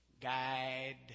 guide